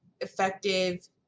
effective